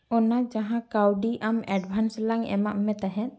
ᱚᱱᱟ ᱡᱟᱦᱟᱸ ᱠᱟᱹᱣᱰᱤ ᱟᱢ ᱮᱰᱵᱷᱟᱱᱥ ᱞᱟᱝ ᱮᱢᱟᱜ ᱢᱮ ᱛᱟᱦᱮᱸᱫ